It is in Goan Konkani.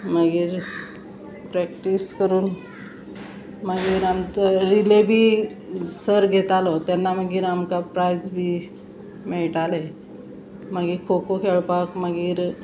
मागीर प्रॅक्टीस करून मागीर आमचो रिले बी सर घेतालो तेन्ना मागीर आमकां प्रायज बी मेयटालें मागीर खो खो खेळपाक मागीर